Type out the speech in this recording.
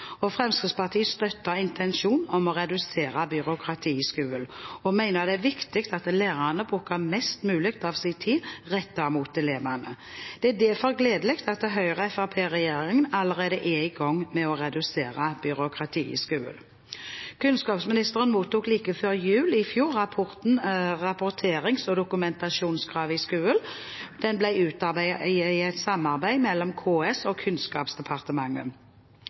Fremskrittspartiet støtter intensjonen om å redusere byråkrati i skolen, og mener det er viktig at lærerne bruker mest mulig av sin tid rettet mot elevene. Det er derfor gledelig at Høyre–Fremskrittsparti-regjeringen allerede er i gang med å redusere byråkratiet i skolen. Kunnskapsministeren mottok like før jul i fjor rapporten «Rapporterings- og dokumentasjonskrav i skolesektoren». Den er utarbeidet i et samarbeid mellom KS og Kunnskapsdepartementet.